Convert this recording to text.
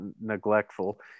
neglectful